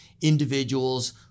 individuals